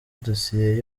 dossier